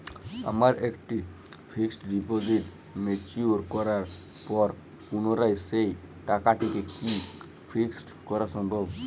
আমার একটি fixed deposit mature করার পর পুনরায় সেই টাকাটিকে কি ফিক্সড করা সম্ভব?